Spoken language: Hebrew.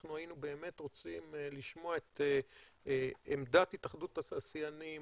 היינו רוצים לשמוע את עמדת התאחדות התעשיינים,